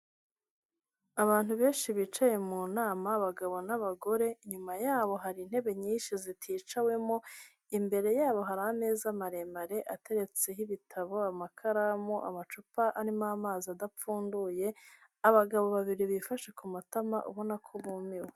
Abantu benshi bicaye mu nama abagabo n'abagore, inyuma yabo hari intebe nyinshi ziticawemo, imbere yabo hari ameza maremare ateretseho ibitabo, amakaramu, amacupa arimo amazi adapfunduye, abagabo babiri bifashe ku matama ubona ko bumiwe.